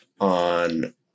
on